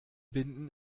binden